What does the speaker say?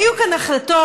היו כאן החלטות,